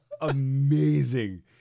amazing